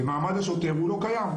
ומעמד השוטר הוא לא קיים.